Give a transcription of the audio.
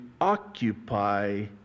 occupy